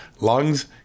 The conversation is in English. lungs